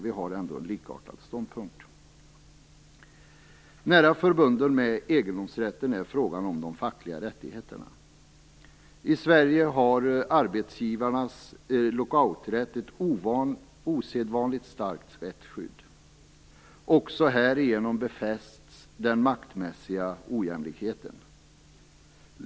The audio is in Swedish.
Vi har ändå en likartad ståndpunkt. Nära förbunden med egendomsrätten är frågan om de fackliga rättigheterna. I Sverige har arbetsgivarnas lockouträtt ett osedvanligt starkt rättsskydd. Också härigenom befästs den maktmässiga ojämlikheten.